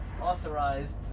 authorized